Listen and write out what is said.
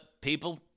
people